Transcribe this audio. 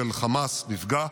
נפגעו,